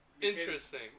Interesting